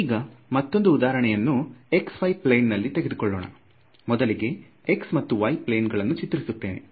ಈಗ ಮತ್ತೊಂದು ಉದಾಹರಣೆಯನ್ನು x y ಪ್ಲೇನ್ ನಲ್ಲಿ ತೆಗೆದುಕೊಳ್ಳೋಣ ಮೊದಲಿಗೆ x ಮತ್ತು y ಪ್ಲೇನ್ ಗಳನ್ನು ಚಿತ್ರಿಸುತ್ತೇನೆ